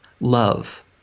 Love